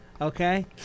okay